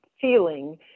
feeling